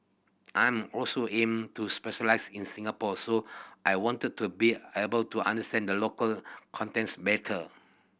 I'm also aim to specialise in Singapore so I wanted to be able to understand the local context better